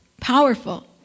Powerful